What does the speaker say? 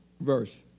verse